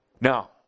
Now